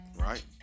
Right